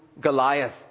Goliath